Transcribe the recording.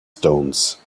stones